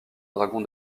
dragon